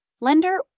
lender